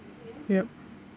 ya